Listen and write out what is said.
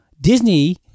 Disney